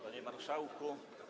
Panie Marszałku!